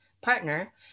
partner